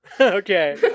Okay